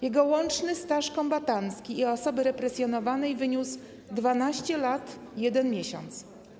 Jego łączny staż kombatancki i jako osoby represjonowanej wyniósł 12 lat i 1 miesiąc.